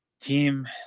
Team